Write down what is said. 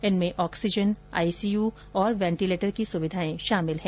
इनमें oxygen ICU और ventilator की सुविधाएं शामिल हैं